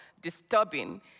disturbing